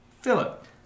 Philip